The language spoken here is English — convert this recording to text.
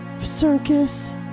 Circus